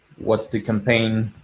what's the campaign?